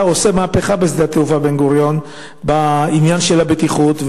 אתה עושה מהפכה בשדה התעופה בן-גוריון בעניין של הבטיחות,